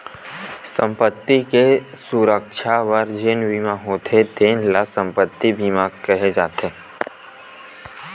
संपत्ति के सुरक्छा बर जेन बीमा होथे तेन ल संपत्ति बीमा केहे जाथे